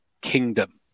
kingdom